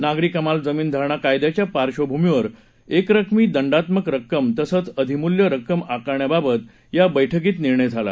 नागरी कमाल जमीन धारणा कायद्याच्या पार्बभूमीवर एकरकमी दंडात्मक रक्कम तसंच अधिमूल्य रक्कम आकारण्याबाबत या बैठकीत निर्णय झाला